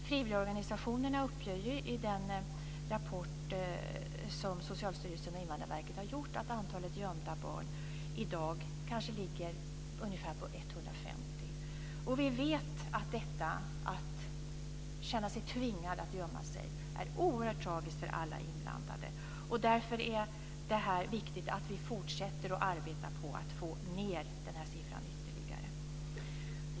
Frivilligorganisationerna uppger i den rapport som Socialstyrelsen och Invandrarverket har gjort att antalet gömda barn i dag ligger på ungefär 150. Vi vet att tvånget att gömma sig är oerhört tragiskt för alla inblandade. Därför är det viktigt att fortsätta att arbeta på att få ned siffran ytterligare.